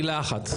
מילה אחת.